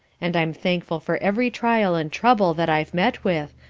and i'm thankful for every trial and trouble that i've met with,